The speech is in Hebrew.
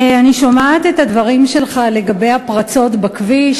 אני שומעת את הדברים שלך לגבי הפרצות בכביש,